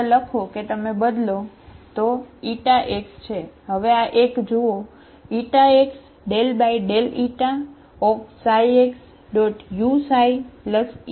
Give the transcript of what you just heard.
તો x છે હવે આ એક જુઓ ηxxu x ξxuξη ηxxu x2uηη